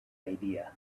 idea